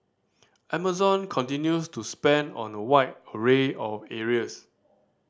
amazon continues to spend on a wide array of areas